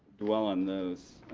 dwell on those.